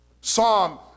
Psalm